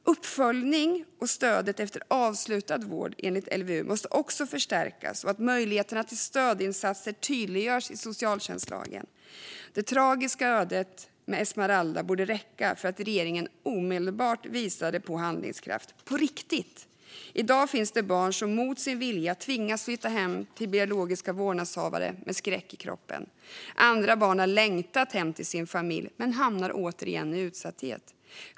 Uppföljningen och stödet efter avslutad vård enligt LVU måste också förstärkas, och möjligheterna till stödinsatser måste tydliggöras i socialtjänstlagen. Esmeraldas tragiska öde borde räcka för att regeringen omedelbart skulle visa på handlingskraft - på riktigt. I dag finns det barn som mot sin vilja tvingas att flytta hem till sina biologiska vårdnadshavare med skräck i kroppen. Andra barn har längtat hem till sin familj men hamnar återigen i utsatthet.